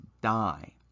die